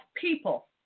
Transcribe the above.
people